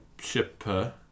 shipper